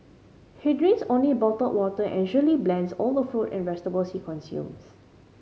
he drinks only bottled water and usually blends all the fruit and vegetables he consumes